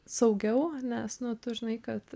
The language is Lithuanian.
saugiau nes nu tu žinai kad